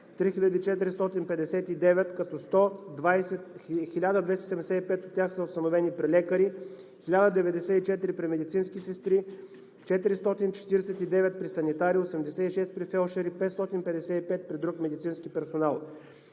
3459, като 1275 от тях установени при лекари, 1094 при медицински сестри, 449 при санитари, 86 при фелдшери, 555 при друг медицински персонал.